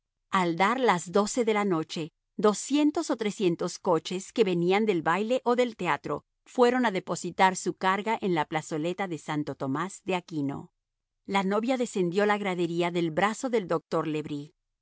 al dar las doce de la noche doscientos o trescientos coches que venían del baile o del teatro fueron a depositar su carga en la plazoleta de santo tomás de aquino la novia descendió la gradería del brazo del doctor le